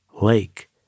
lake